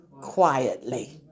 quietly